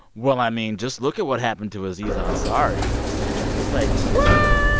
well, i mean, just look at what happened to aziz ansari. and i was like, what?